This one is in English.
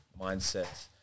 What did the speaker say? mindset